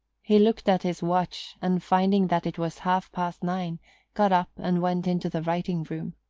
he looked at his watch, and finding that it was half-past nine got up and went into the writing-room.